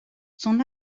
son